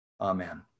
Amen